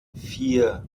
vier